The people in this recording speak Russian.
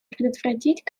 предотвратить